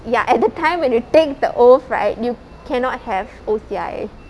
ya at the time when you take the oath right you cannot have O_C_I